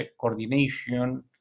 coordination